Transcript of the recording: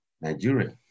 Nigeria